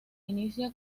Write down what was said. inicia